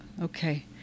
okay